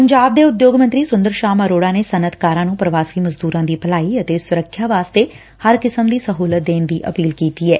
ਪੰਜਾਬ ਦੇ ਉਦਯੋਗ ਮੰਤਰੀ ਸੁੰਦਰ ਸ਼ਾਮ ਅਰੋੜਾ ਨੇ ਸਨੱਅਤਕਾਰਾਂ ਨੂੰ ਪ੍ਰਵਾਸੀ ਮਜ਼ਦੁਰਾਂ ਦੀ ਭਲਾਈ ਅਤੇ ਸੁਰੱਖਿਆ ਵਾਸਤੇ ਹਰ ਕਿਸਮ ਦੀ ਸਹੁਲਤ ਦੇਣ ਦੀ ਅਪੀਲ ਕੀਤੀ ਐ